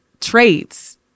traits